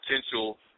potential